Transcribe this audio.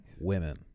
women